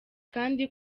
kandi